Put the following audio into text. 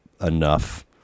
enough